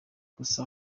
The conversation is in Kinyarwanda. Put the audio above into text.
gusa